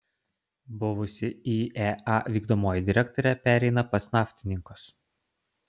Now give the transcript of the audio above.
buvusi iea vykdomoji direktorė pereina pas naftininkus